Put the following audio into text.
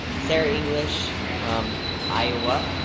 sarah english from iowa,